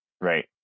Right